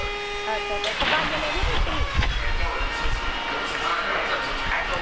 अच्छा ते पकाइयै लेनी रुट्टी